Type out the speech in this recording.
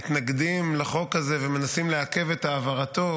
מתנגדים לחוק הזה ומנסים לעכב את העברתו,